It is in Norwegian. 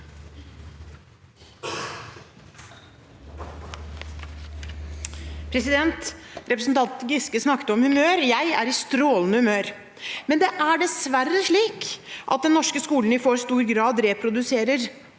Representanten Giske snakket om humør – jeg er i strålende humør. Men det er dessverre slik at den norske skolen i for stor grad reproduserer